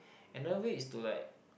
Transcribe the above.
another way is to like